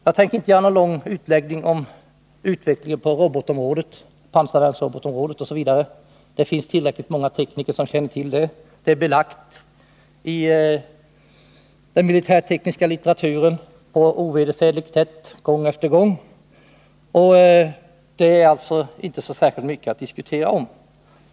Jag tänker inte göra någon lång utläggning om utvecklingen på robotområdet och pansarvärnsområdet osv. Det finns tillräckligt många tekniker som känner till detta, och det är gång efter gång belagt i den militärtekniska litteraturen på ett ovedersägligt sätt. Det är alltså inte så mycket att här diskutera om.